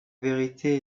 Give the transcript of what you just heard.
vérité